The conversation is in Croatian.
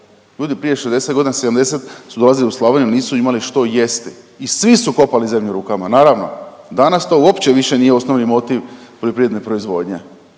Ljudi prije 60.g.-70. su dolazili u Slavoniju jel nisu imali što jesti i svi su kopali zemlju rukama, naravno danas to uopće više nije osnovni motiv poljoprivredne proizvodnje,